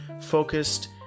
focused